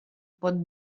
pot